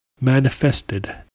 Manifested